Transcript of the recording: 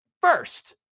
first